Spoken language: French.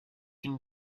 une